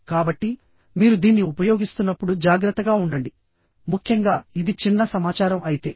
కాబట్టి మీరు దీన్ని ఉపయోగిస్తున్నప్పుడు జాగ్రత్తగా ఉండండి ముఖ్యంగా ఇది చిన్న సమాచారం అయితే